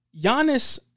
Giannis